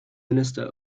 minister